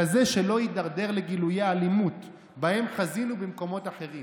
כזה שלא הידרדר לגילויי אלימות שבהם חזינו במקומות אחרים